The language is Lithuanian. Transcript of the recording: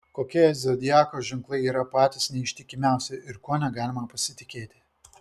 kokie zodiako ženklai yra patys neištikimiausi ir kuo negalima pasitikėti